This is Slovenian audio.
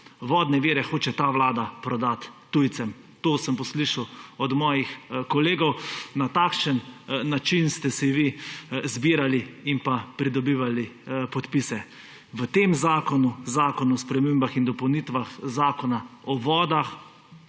»Vodne vire hoče ta vlada prodati tujcem,« to sem poslušal od svojih kolegov. Na takšen način ste se vi zbirali in pridobivali podpise. V tem zakonu, Zakonu o spremembah in dopolnitvah Zakona o vodah